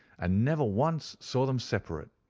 and never once saw them separate.